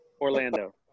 Orlando